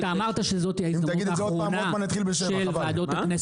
אתה אמרת שזאת ההזדמנות האחרונה של ועדות הכנסת להתכנס.